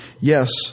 Yes